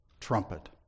trumpet